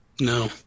no